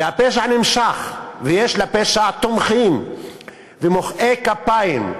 והפשע נמשך, ויש לפשע תומכים ומוחאי כפיים.